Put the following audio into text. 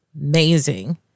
amazing